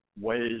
ways